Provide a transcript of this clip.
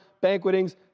banquetings